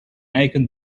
eiken